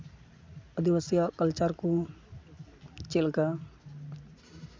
ᱟᱹᱫᱤᱵᱟᱹᱥᱤᱭᱟᱜ culture ᱠᱚ ᱪᱮᱫ ᱞᱮᱠᱟ